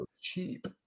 Cheap